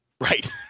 Right